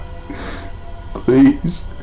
Please